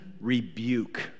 rebuke